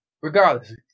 regardless